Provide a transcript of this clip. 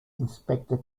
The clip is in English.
inspector